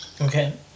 Okay